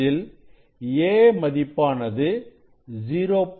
இதில் a மதிப்பானது 0